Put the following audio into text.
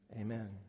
Amen